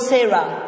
Sarah